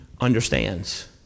understands